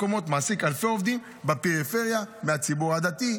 שמעסיק אלפי עובדים בפריפריה מהציבור הדתי,